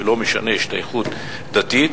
ולא משנה ההשתייכות הדתית,